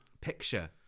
picture